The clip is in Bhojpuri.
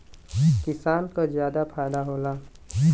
किसान क जादा फायदा होला